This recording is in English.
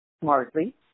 smartly